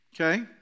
Okay